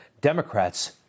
Democrats